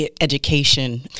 education